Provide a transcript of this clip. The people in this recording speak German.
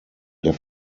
der